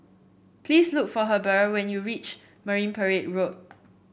please look for Heber when you reach Marine Parade Road